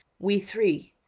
we three!